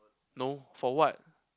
no for what